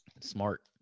Smart